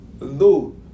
No